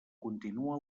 continua